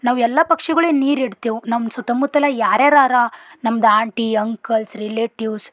ನಾವು ಎಲ್ಲ ಪಕ್ಷಿಗಳಿಗೆ ನೀರಿಡ್ತೀವಿ ನಮ್ಮ ಸುತ್ತಮುತ್ತಲು ಯಾರ್ಯಾರು ಅರ ನಮ್ದು ಆಂಟಿ ಅಂಕಲ್ಸ್ ರಿಲೇಟಿವ್ಸ್